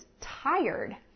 tired